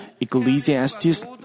Ecclesiastes